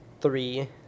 three